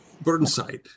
Burnside